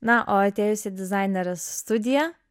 na o atėjus į dizainerės studiją